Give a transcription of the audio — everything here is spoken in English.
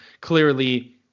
clearly